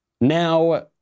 Now